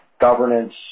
governance